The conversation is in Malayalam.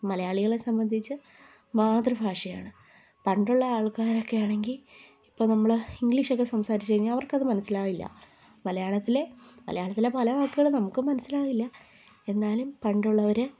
മലയാളികളെ സംബന്ധിച്ച് മാതൃഭാഷയാണ് പണ്ടുള്ള ആൾക്കാരൊക്കെയാണെങ്കിൽ ഇപ്പം നമ്മൾ ഇംഗ്ലീഷ് ഒക്കെ സംസാരിച്ച് കഴിഞ്ഞാൽ അവർക്കത് മനസ്സിലാവില്ല മലയാളത്തിലെ മലയാളത്തിലെ പല വാക്കുകളും നമുക്കും മനസ്സിലാവില്ല എന്നാലും പണ്ടുള്ളവർ